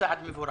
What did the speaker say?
צעד מבורך.